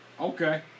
Okay